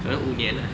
可能五年啊